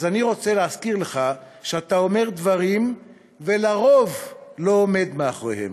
אז אני רוצה להזכיר לך שאתה אומר דברים ולרוב לא עומד מאחוריהם.